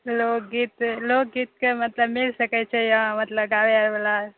लोकगीत लोकगीतक मतलब मिल सकै छै गाबयवला